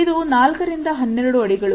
ಇದು ನಾಲ್ಕರಿಂದ 12 ಅಡಿಗಳು